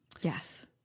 Yes